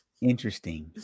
interesting